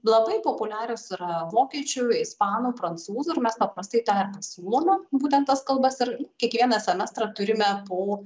labai populiarios yra vokiečių ispanų prancūzų ir mes paprastai tą ir pasiūlome būtent tas kalbas ir kiekvieną semestrą turime po